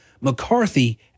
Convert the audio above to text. McCarthy